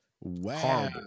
Wow